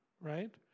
right